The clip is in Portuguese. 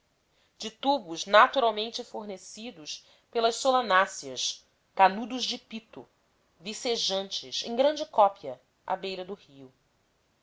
de tubos naturalmente fornecidos pelas solanáceas canudos de pito vicejantes em grande cópia à beira do rio